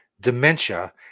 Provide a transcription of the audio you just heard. dementia